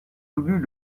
voulut